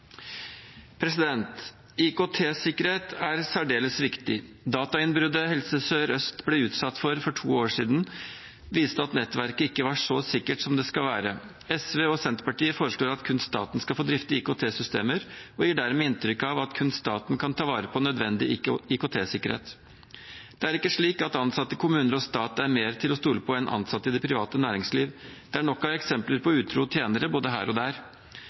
er særdeles viktig. Datainnbruddet Helse Sør-Øst ble utsatt for for to år siden, viste at nettverket ikke var så sikkert som det skal være. SV og Senterpartiet foreslår at kun staten skal få drifte IKT-systemer, og gir dermed inntrykk av at kun staten kan ta vare på nødvendig IKT-sikkerhet. Det er ikke slik at ansatte i kommuner og stat er mer til å stole på enn ansatte i det private næringsliv. Det er nok av eksempler på utro tjenere både her og der.